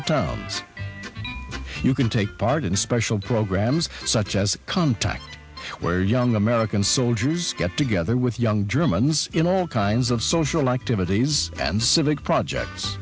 or towns you can take part in a special programs such as contact where young american soldiers get together with young germans in all kinds of social activities and civic projects